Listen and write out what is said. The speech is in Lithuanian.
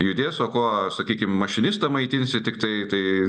judės o kuo sakykim mašinistą maitinsi tiktai tai